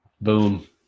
Boom